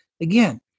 Again